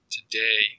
Today